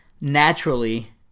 naturally